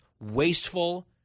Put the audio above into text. wasteful